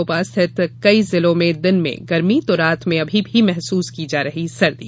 भोपाल सहित कई जिलों में दिन में गर्मी तो रात में अभी भी महसूस की जा रही सर्दी